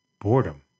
boredom